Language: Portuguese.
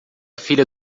filha